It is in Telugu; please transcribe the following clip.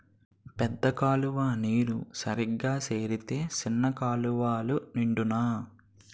పెద్ద కాలువ నీరు సరిగా సేరితే సిన్న కాలువలు నిండునా